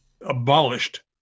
abolished